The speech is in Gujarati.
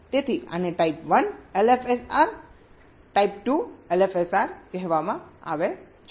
તેથી આને ટાઇપ 1 એલએફએસઆર ટાઇપ 2 એલએફએસઆર કહેવામાં આવે છે